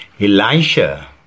Elisha